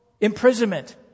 imprisonment